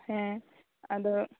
ᱦᱮᱸ ᱟᱫᱚ